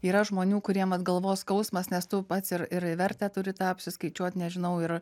yra žmonių kuriem vat galvos skausmas nes tu pats ir ir vertę turi tą apsiskaičiuot nežinau ir